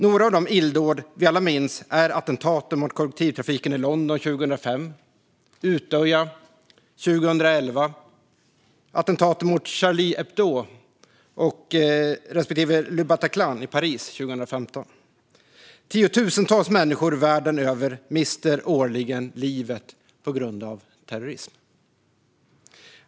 Några av de illdåd vi alla minns är attentaten mot kollektivtrafiken i London 2005, attentatet på Utöya 2011 och attentaten mot Charlie Hebdo respektive Le Bataclan i Paris 2015. Tiotusentals människor världen över mister årligen livet på grund av terrorism.